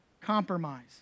Compromise